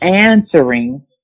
answering